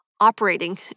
operating